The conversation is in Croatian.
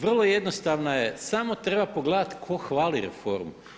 Vrlo jednostavna je samo treba pogledati tko hvali reformu.